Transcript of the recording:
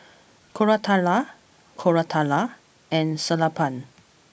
Koratala Koratala and Sellapan